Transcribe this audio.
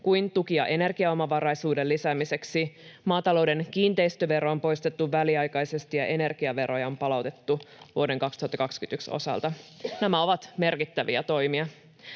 kuin tukia energiaomavaraisuuden lisäämiseksi. Maatalouden kiinteistövero on poistettu väliaikaisesti ja energiaveroja on palautettu vuoden 2021 osalta. Nämä ovat merkittäviä toimia.